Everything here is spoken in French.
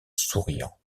souriant